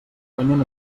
guanyen